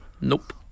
Nope